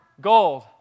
gold